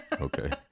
Okay